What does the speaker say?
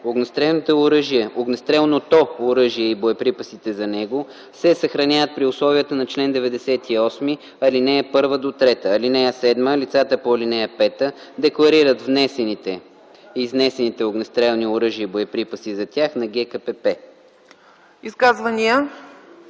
Огнестрелното оръжие и боеприпасите за него се съхраняват при условията на чл. 98, ал. 1-3. (7) Лицата по ал. 5 декларират внесените/изнесените огнестрелни оръжия и боеприпаси за тях на ГКПП.”